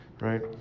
right